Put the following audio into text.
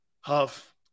Huff